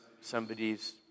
somebody's